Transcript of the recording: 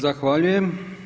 Zahvaljujem.